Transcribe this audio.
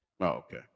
okay